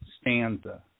stanza